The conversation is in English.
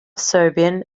serbian